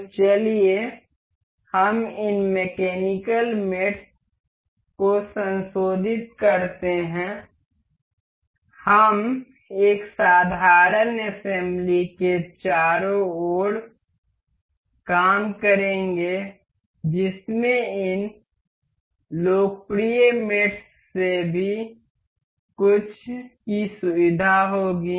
तो चलिए हम इन मैकेनिकल मेट्स को संशोधित करते हैं हम एक साधारण असेंबली के चारों ओर काम करेंगे जिसमें इन लोकप्रिय मेट्स में से कुछ की सुविधा होगी